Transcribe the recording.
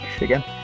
again